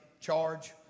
charge